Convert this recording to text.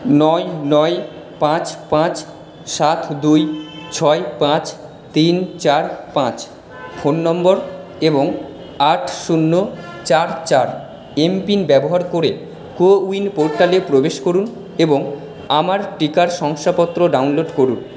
নয় নয় পাঁচ পাঁচ সাত দুই ছয় পাঁচ তিন চার পাঁচ ফোন নম্বর এবং আট শূন্য চার চার এমপিন ব্যবহার করে কোউইন পোর্টালে প্রবেশ করুন এবং আমার টিকার শংসাপত্র ডাউনলোড করুন